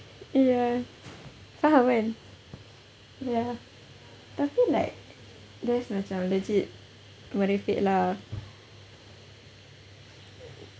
ya faham kan ya tapi like that's macam legit merepek lah